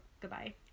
goodbye